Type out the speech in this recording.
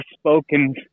spoken